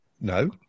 No